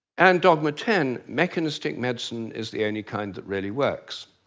and dogma ten, mechanistic medicine is the only kind that really works.